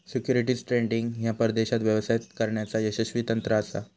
securities trading ह्या परदेशात व्यवसाय करण्याचा यशस्वी तंत्र असा